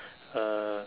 uh